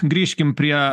grįžkim prie